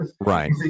Right